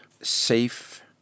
safe